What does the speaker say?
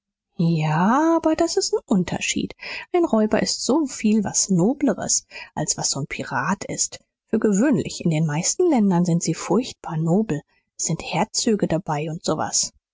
ja aber das ist n unterschied ein räuber ist viel was nobleres als was so n pirat ist für gewöhnlich in den meisten ländern sind sie furchtbar nobel s sind herzöge dabei und so was